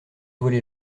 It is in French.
volé